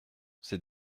c’est